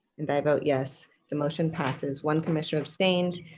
and i vote yes, the motion passes, one commissioner abstained,